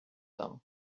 them